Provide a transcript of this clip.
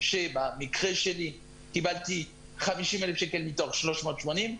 שבמקרה שלי קיבלתי 50,000 מתוך 384,000?